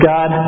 God